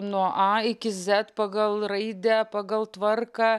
nuo a iki z pagal raidę pagal tvarką